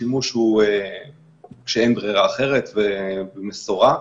השימוש הוא כשאין ברירה אחרת והוא במשורה,